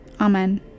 amen